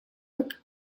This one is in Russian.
как